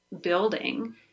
building